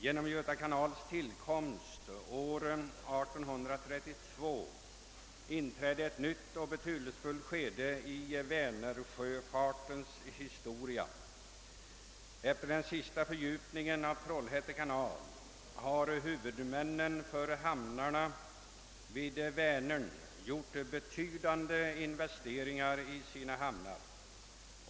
Genom Göta kanals tillkomst år 1832 inträdde ett nytt och betydelsefullt skede i Vänersjöfartens historia. Efter den senaste fördjupningen av Trollhätte kanal har huvudmännen för hamnarna vid Vänern gjort betydande investeringar i sina hamnar.